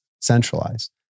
centralized